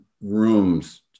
rooms